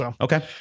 Okay